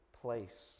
place